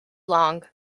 long